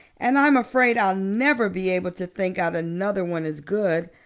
and i'm afraid i'll never be able to think out another one as good.